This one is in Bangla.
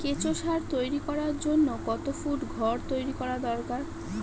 কেঁচো সার তৈরি করার জন্য কত ফুট ঘর তৈরি করা দরকার?